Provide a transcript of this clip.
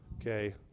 Okay